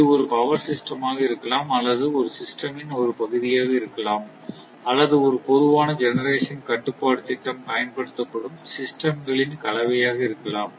இது ஒரு power system ஆக இருக்கலாம் அல்லது ஒரு சிஸ்டம் ன் ஒரு பகுதியாக இருக்கலாம் அல்லது ஒரு பொதுவான ஜெனெரேஷன் கட்டுப்பாட்டு திட்டம் பயன்படுத்தப்படும் சிஸ்டம் களின் கலவையாக இருக்கலாம்